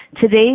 Today